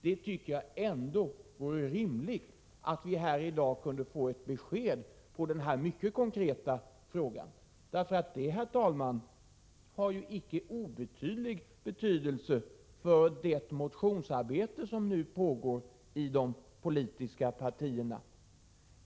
Jag tycker att det vore rimligt att vi i dag kunde få ett besked i denna mycket konkreta fråga. Det har ju en icke så liten betydelse för det motionsarbete som nu pågår i de politiska partierna.